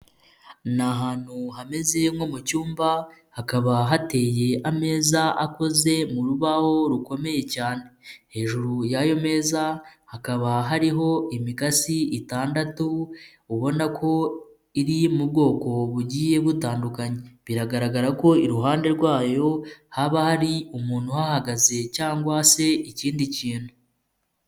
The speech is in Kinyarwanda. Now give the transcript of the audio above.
Ni ahantu hameze nko mu cyumba hakaba hateye ameza akoze mu rubaho rukomeye cyane, hejuru y'ayo meza hakaba hariho imikasi itandatu, ubona ko iri mu bwoko bugiye butandukanye, biragaragara ko iruhande rwayo haba hari umuntu uhagaze cyangwa se ikindi kintu.